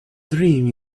dream